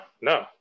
no